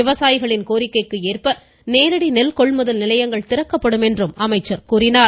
விவசாயிகளின் கோரிக்கைக்கு ஏற்ப நேரடி நெல் கொள்முதல் நிலையங்கள் திறக்கப்படும் என்றும் அவர் கூறினார்